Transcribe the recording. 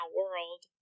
world